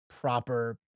proper